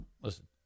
Listen